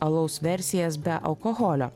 alaus versijas be alkoholio